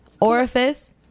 Orifice